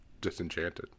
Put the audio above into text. Disenchanted